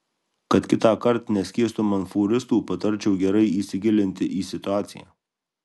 kad kitąkart neskiestum ant fūristų patarčiau gerai įsigilinti į situaciją